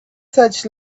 such